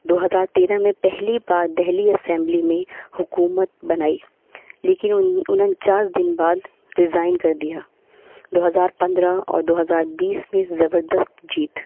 دو ہزار تیرہ میں پہلی بار دہلی اسمبلی میں حکومت بنائی لیکن ان اننچاس دن بعد ریزائن کر دیا دو ہزار پندرہ اور دو ہزار بیس میں زبردست جیت